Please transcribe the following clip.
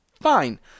fine